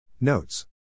notes